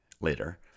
later